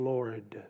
Lord